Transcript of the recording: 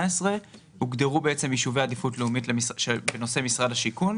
הוגדרו יישובי עדיפות לאומית בנושא משרד השיכון,